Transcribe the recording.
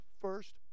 first